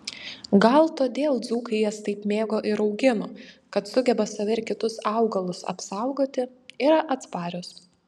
gal todėl dzūkai jas taip mėgo ir augino kad sugeba save ir kitus augalus apsaugoti yra atsparios